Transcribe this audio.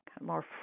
more